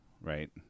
right